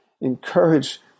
encourage